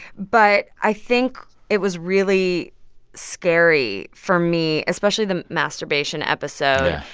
but i think it was really scary for me, especially the masturbation episode